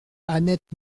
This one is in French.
annette